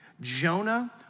Jonah